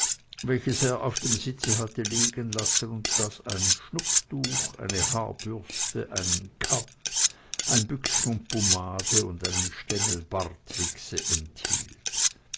welches er auf dem sitze hatte liegenlassen und das ein schnupftuch eine haarbürste einen kamm ein büchschen pomade und einen stengel bartwichse enthielt